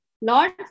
Lord